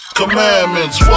commandments